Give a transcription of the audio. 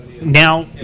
now